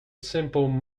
simple